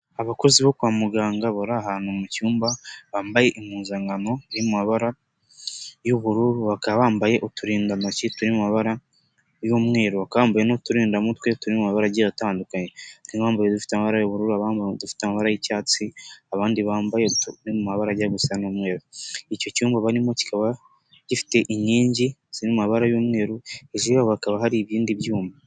Abakozi bo kwa muganga bari ahantu mu cyumba, bambaye impuzankano iri mu mabara y'ubururu, bakaba bambaye uturindantoki turi mu mabara y'umweru, bakaba bambaye n'uturindamutwe turi mu mabara agiye atandukanye, harimo abambaye udufite amabara y'ubururu, abambaye udufite amabara y'icyatsi, abandi bambaye uturi mu mabara ajya gusa n'umweru, icyo cyumba barimo kikaba gifite inkingi ziri mu mabara y'umweru, hejuru yaho hakaba hari ibindi byuma.